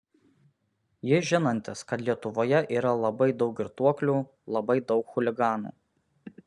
jis žinantis kad lietuvoje yra labai daug girtuoklių labai daug chuliganų